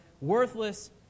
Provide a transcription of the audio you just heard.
worthless